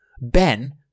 Ben